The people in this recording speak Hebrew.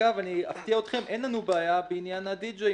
אגב, אפתיע אתכם: אין לנו בעיה בעניין הדי-ג'יי.